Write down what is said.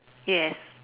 yes